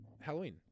Halloween